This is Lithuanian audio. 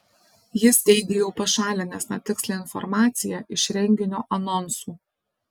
jis teigė jau pašalinęs netikslią informaciją iš renginio anonsų